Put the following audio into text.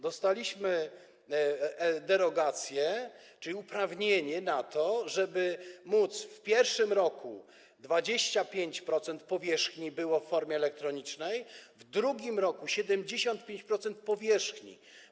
Dostaliśmy derogację, czyli uprawnienie do tego, żeby w pierwszym roku 25% powierzchni było w formie elektronicznej, w drugim roku - 75% powierzchni.